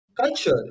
Culture